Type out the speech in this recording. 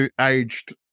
aged